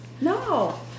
No